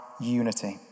unity